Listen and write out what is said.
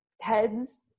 heads